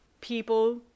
people